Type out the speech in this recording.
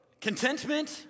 contentment